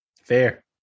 Fair